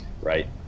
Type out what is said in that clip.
Right